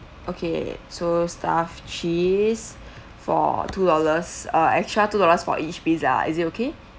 okay so stuffed cheese for two dollars uh extra two dollars for each pizza is it okay